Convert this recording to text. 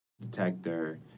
detector